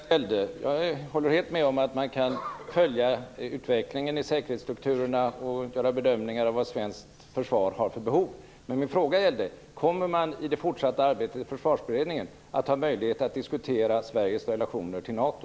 Fru talman! Det var inte det frågan gällde. Jag håller helt med om att man kan följa utvecklingen i säkerhetsstrukturerna och göra bedömningar av vad svenskt försvar har för behov. Men min fråga var: Kommer man i det fortsatta arbetet i Försvarsberedningen att ha möjlighet att diskutera Sveriges relationer till NATO?